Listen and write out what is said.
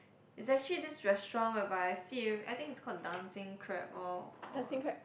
is actually this restaurant whereby I think it's called Dancing-Crab or